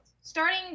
starting